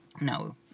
no